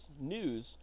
news